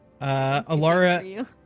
Alara